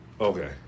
Okay